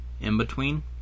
in-between